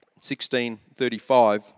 1635